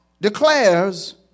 declares